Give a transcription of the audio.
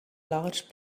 large